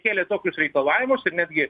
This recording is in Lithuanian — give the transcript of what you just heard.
kėlė tokius reikalavimus ir netgi